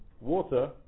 water